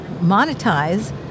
monetize